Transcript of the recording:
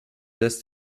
lässt